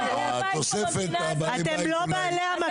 לימור סון הר מלך (עוצמה יהודית): אתם לא בעלי הבית,